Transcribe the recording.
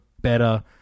better